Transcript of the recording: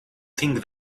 think